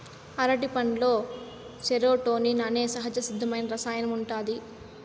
అరటిపండులో సెరోటోనిన్ అనే సహజసిద్ధమైన రసాయనం ఉంటాది